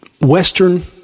Western